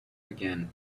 again